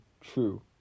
true